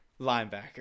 linebacker